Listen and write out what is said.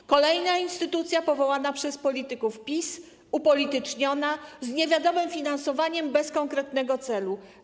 To kolejna instytucja powołana przez polityków PiS, upolityczniona, z niewiadomym finansowaniem, bez konkretnego celu.